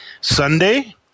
Sunday